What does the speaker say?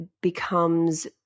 becomes